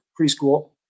preschool